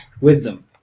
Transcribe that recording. Wisdom